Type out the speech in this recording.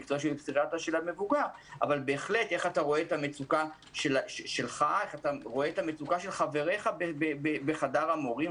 אבל בהחלט איך אתה רואה את המצוקה שלך ושל חבריך בחדר המורים.